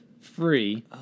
free